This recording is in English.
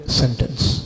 sentence